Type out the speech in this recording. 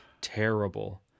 terrible